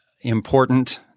important